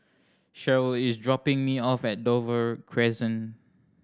Sheryl is dropping me off at Dover Crescent